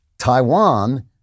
Taiwan